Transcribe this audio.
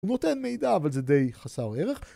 הוא נותן מידע אבל זה די חסר ערך